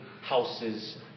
houses